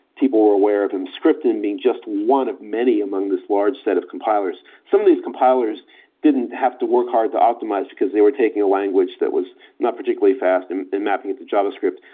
people were aware of emscripten being just one of many among this large set of compilers. some of these compilers didn't have to work hard to optimize, because they were taking a language that was not particularly fast and mapping it to javascript.